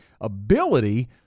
ability